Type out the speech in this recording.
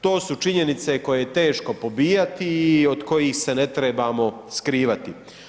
To su činjenice koje je teško pobijati i od kojih se ne trebamo skrivati.